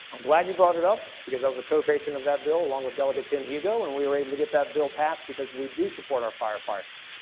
i'm glad you brought it up because i was a co patron of that bill along with delegate tim hugo and we were able to get that bill passed because we do support our firefighters.